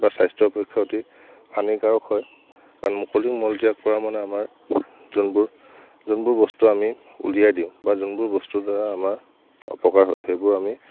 বা স্বাস্থ্যৰ পক্ষে অতি হানিকাৰক হয় কাৰণ মুকলিত মলত্যাগ কৰা মানে আমাৰ যোনবোৰ যোনবোৰ বস্তু আমি উলিয়াই দিওঁ বা যোনবোৰ বস্তুৰ দ্বাৰা আমাৰ অপকাৰ হয় সেইবোৰ আমি